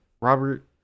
Robert